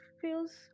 feels